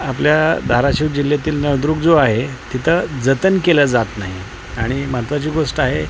आपल्या धाराशिव जिल्ह्यातील नळदुर्ग जो आहे तिथं जतन केल्या जात नाही आणि महत्त्वाची गोष्ट आहे